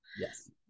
Yes